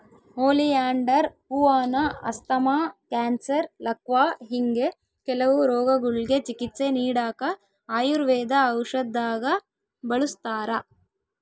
oleander ಹೂವಾನ asthma, cancer, ಲಕ್ವಾ ಹಿಂಗೆ ಕೆಲವು ರೋಗಗುಳ್ಗೆ ಚಿಕಿತ್ಸೆ ನೀಡಾಕ ಆಯುರ್ವೇದ ಔಷದ್ದಾಗ ಬಳುಸ್ತಾರ